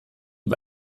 ihm